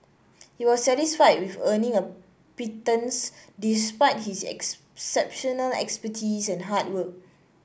he was satisfied with earning a pittance despite his exceptional expertise and hard work